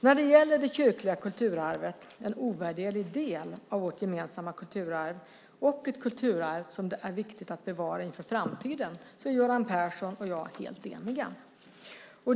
När det gäller det kyrkliga kulturarvet - en ovärderlig del av vårt gemensamma kulturarv, och ett kulturarv som det är viktigt att bevara inför framtiden - är Göran Persson och jag helt eniga.